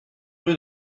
rue